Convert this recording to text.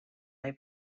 they